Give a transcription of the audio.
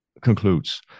Concludes